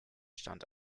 stand